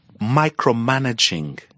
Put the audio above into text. micromanaging